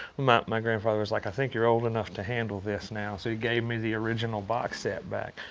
my my grandfather was, like, i think you're old enough to handle this now. so he gave me the original box set back.